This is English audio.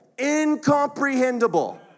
incomprehensible